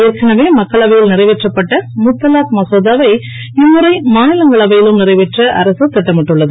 ஏற்கனவே மக்களவையில் நிறைவேற்றப் பட்ட முத்தலாக் மசோதாவை இம்முறை மாநிலங்களவையிலும் நிறைவேற்ற அரசு திட்டமிட்டுள்ளது